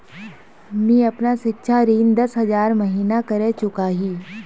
मी अपना सिक्षा ऋण दस हज़ार महिना करे चुकाही